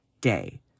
day